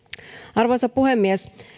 arvoisa puhemies